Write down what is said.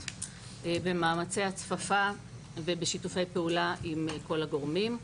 במאמצי הצפפה ובשיתופי פעולה עם כל הגורמים.